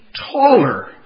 taller